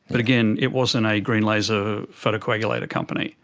but again, it wasn't a green laser photocoagulator company,